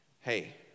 Hey